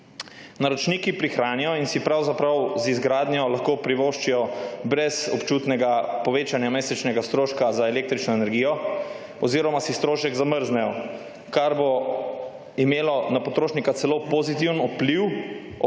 Naročniki prihranijo in si pravzaprav z izgradnjo lahko privoščijo brez občutnega povečanja mesečnega stroška za električno energijo oziroma si strošek zamrznejo, kar bo imelo na potrošnika celo pozitiven vpliv ob